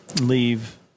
leave